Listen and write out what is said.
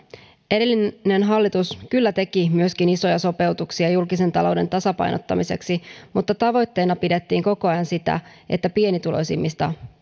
edellinen hallitus kyllä teki myöskin isoja sopeutuksia julkisen talouden tasapainottamiseksi mutta tavoitteena pidettiin koko ajan sitä että pienituloisimmat